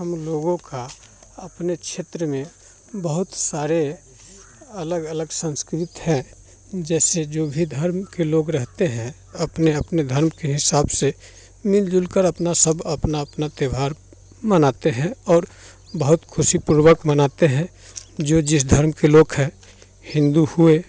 हम लोगों का अपने क्षेत्र में बहुत सारे अलग अलग संस्कृत हैं जैसे जो भी धर्म के लोग रहते हैं अपने अपने धर्म के हिसाब से मिल जुलकर सब अपना अपना त्योहार मनाते हैं और बहुत खुशीपूर्वक मनाते हैं जो जिस धर्म के लोग है हिंदू हुए